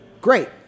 Great